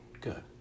good